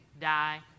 die